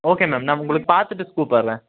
okay ma'am நான் உங்களுக்கு பார்த்துட்டு கூப்பிட்றேன்